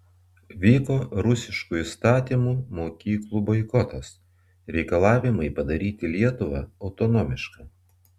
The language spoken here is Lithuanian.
vyko rusiškų įstatymų mokyklų boikotas reikalavimai padaryti lietuvą autonomišką